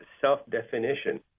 self-definition